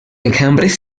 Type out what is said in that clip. enjambres